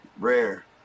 rare